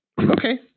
Okay